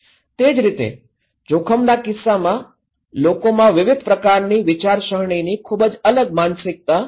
તે જ રીતે જોખમના કિસ્સામાં લોકોમાં વિવિધ પ્રકારની વિચારસરણીની ખૂબ જ અલગ માનસિકતા હોય છે